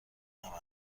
همه